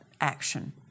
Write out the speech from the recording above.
action